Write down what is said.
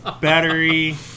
battery